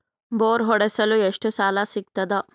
Bore ಹೊಡೆಸಲು ಎಷ್ಟು ಸಾಲ ಸಿಗತದ?